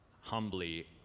humbly